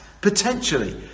potentially